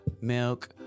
milk